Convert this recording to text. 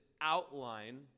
outline